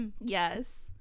Yes